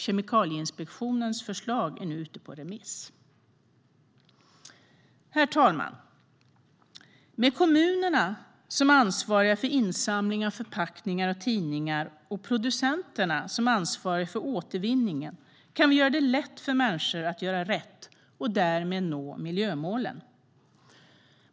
Kemikalieinspektionens förslag är nu ute på remiss. Herr talman! Med kommunerna som ansvariga för insamling av förpackningar och tidningar och producenterna som ansvariga för återvinningen kan vi göra det lätt för människor att göra rätt och därmed nå miljömålen.